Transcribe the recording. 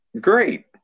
great